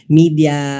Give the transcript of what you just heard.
media